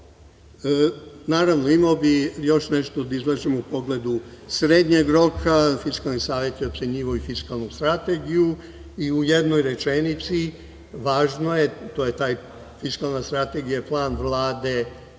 otišle. Naravno, imao bih još nešto da izvestim u pogledu srednjeg roka. Fiskalni savet je ocenjivao i fiskalnu strategiju i u jednoj rečenici važno je, to je ta fiskalna strategija plan Vlade